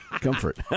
comfort